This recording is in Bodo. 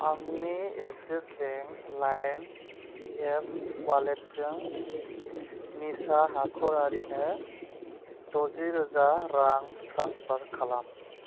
आंनि एक्सिस बेंक लाइम एप वालेटजों निसा हाख'रारिनो द'जि रोजा रां ट्रेन्सफार खालाम